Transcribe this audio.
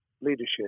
leadership